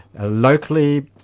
locally